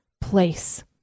place